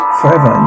forever